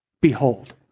behold